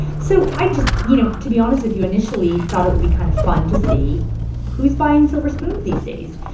so i just you know, to be honest with you initially thought it would be kind of fun to see who's buying silver spoons these days.